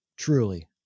Truly